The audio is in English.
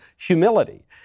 humility